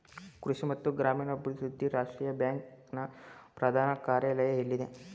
ಕೃಷಿ ಮತ್ತು ಗ್ರಾಮೀಣಾಭಿವೃದ್ಧಿ ರಾಷ್ಟ್ರೀಯ ಬ್ಯಾಂಕ್ ನ ಪ್ರಧಾನ ಕಾರ್ಯಾಲಯ ಎಲ್ಲಿದೆ?